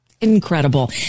incredible